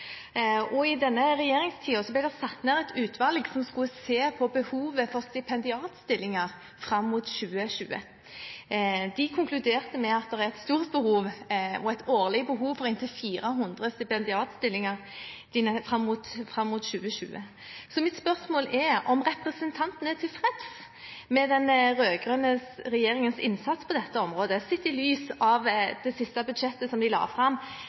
årene. I denne regjeringstiden ble det satt ned et utvalg som skulle se på behovet for stipendiatstillinger fram mot 2020. Det konkluderte med at det er et stort behov og et årlig behov for inntil 400 stipendiatstillinger fram mot 2020. Så mitt spørsmål er om representanten er tilfreds med den rød-grønne regjeringens innsats på dette området, sett i lys av at det siste budsjettet som den la fram,